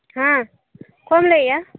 ᱦᱮᱸ ᱚᱠᱚᱭᱮᱢ ᱞᱟᱹᱭ ᱮᱫᱟ